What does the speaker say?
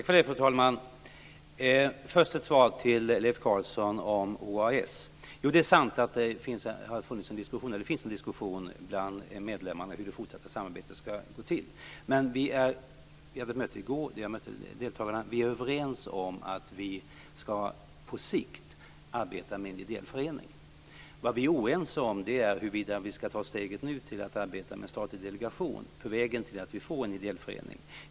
Fru talman! Först vill jag ge Leif Carlson ett svar om OAS. Det är sant att det förs en diskussion bland medlemmarna om hur det fortsatta samarbetet skall gå till. Vi hade ett möte i går där jag träffade deltagarna. Vi är överens om att vi på sikt skall arbeta med en ideell förening. Vad vi är oense om är huruvida vi nu skall ta steget att arbeta med en statlig delegation på vägen till att vi får en ideell förening.